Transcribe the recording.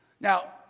Now